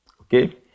okay